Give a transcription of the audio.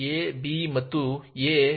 a b ಮತ್ತು a